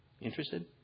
Interested